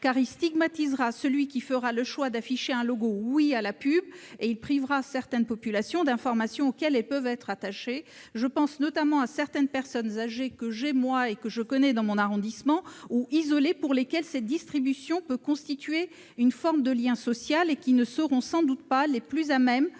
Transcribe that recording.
car il stigmatisera celui qui fera le choix d'afficher un logo « Oui à la pub » et il privera certaines populations d'informations auxquelles elles peuvent être attachées. Je pense notamment, pour les connaître dans mon arrondissement, à certaines personnes âgées ou isolées, pour lesquelles cette distribution peut constituer une forme de lien social et qui ne seront sans doute pas les mieux